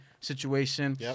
situation